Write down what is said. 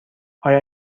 آیا